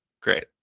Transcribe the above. Great